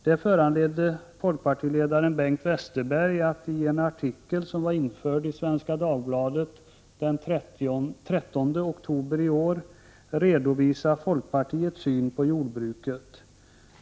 Det föranledde folkpartiledaren Bengt Westerberg att i en artikel, som var införd i Svenska Dagbladet den 13 oktober i år, redovisa folkpartiets syn på jordbruket.